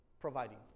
Providing